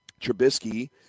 Trubisky